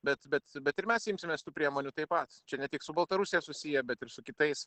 bet bet bet ir mes imsimės tų priemonių taip pat čia ne tik su baltarusija susiję bet ir su kitais